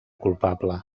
culpable